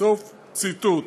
סוף ציטוט.